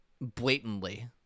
blatantly